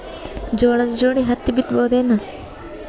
ಜೋಳದ ಜೋಡಿ ಹತ್ತಿ ಬಿತ್ತ ಬಹುದೇನು?